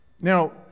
Now